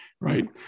Right